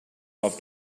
off